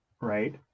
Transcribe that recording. Right